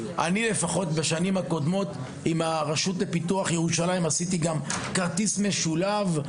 בשנים הקודמות גם עשיתי ביחד עם הרשות לפיתוח ירושלים כרטיס משולב.